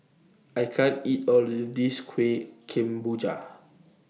I can't eat All of This Kuih Kemboja